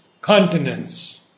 continents